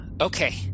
okay